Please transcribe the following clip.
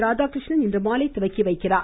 ராதாகிருஷ்ணன் இன்று மாலை துவக்கிவைக்கிறார்